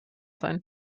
sein